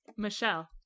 michelle